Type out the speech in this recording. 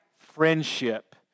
friendship